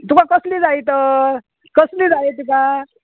तुका कसली जाय तर कसली जाय तुका